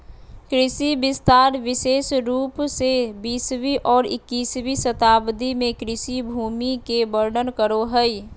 कृषि विस्तार विशेष रूप से बीसवीं और इक्कीसवीं शताब्दी में कृषि भूमि के वर्णन करो हइ